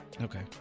Okay